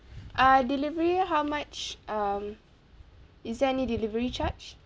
uh delivery how much um is there any delivery charge